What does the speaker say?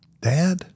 Dad